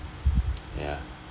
ya